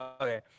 Okay